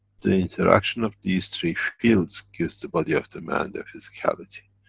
the interaction of these three fields gives the body of the men their physicality.